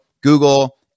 Google